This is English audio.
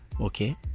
Okay